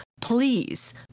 Please